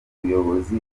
umuyobozi